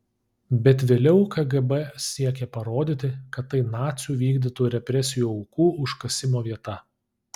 bet vėliau kgb siekė parodyti kad tai nacių vykdytų represijų aukų užkasimo vieta